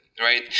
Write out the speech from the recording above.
right